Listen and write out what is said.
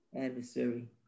adversary